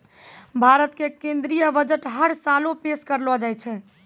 भारत के केन्द्रीय बजट हर साले पेश करलो जाय छै